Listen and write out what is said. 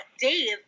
Dave